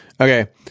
Okay